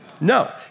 No